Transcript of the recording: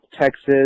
Texas